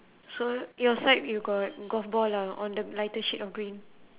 so your side you got golf ball ah on the lighter shade of green